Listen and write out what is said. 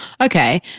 Okay